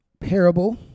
parable